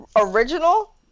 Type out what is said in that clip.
Original